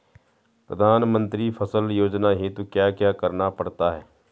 प्रधानमंत्री फसल योजना हेतु क्या क्या करना पड़ता है?